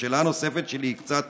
השאלה הנוספת שלי היא קצת